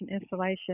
installation